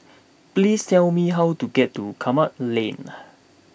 please tell me how to get to Kramat Lane